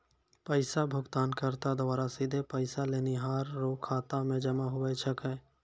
पैसा भुगतानकर्ता द्वारा सीधे पैसा लेनिहार रो खाता मे जमा हुवै छै